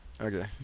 Okay